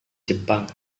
jepang